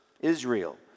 Israel